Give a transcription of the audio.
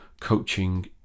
coaching